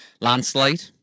Landslide